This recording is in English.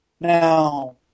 Now